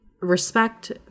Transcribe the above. respect